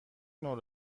نوع